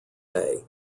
day